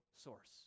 source